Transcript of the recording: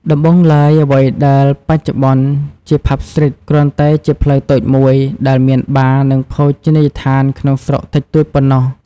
ដំបូងឡើយ អ្វីដែលបច្ចុប្បន្នជា ផាប់ ស្ទ្រីត គ្រាន់តែជា ផ្លូវតូចមួយ ដែលមានបារ និងភោជនីយដ្ឋាន ក្នុងស្រុកតិចតួចប៉ុណ្ណោះ។